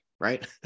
right